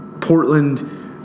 portland